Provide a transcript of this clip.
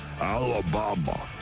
Alabama